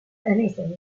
anything